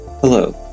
Hello